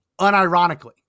unironically